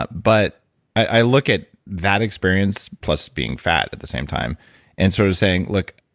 but but i look at that experience plus being fat at the same time and sort of saying, look.